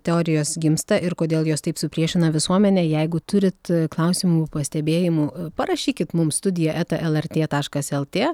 teorijos gimsta ir kodėl jos taip supriešina visuomenę jeigu turit klausimų pastebėjimų parašykit mums studija eta lrt taškas lt